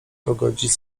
pogodzić